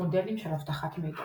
מודלים של אבטחת מידע